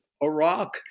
Iraq